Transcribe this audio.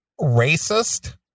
racist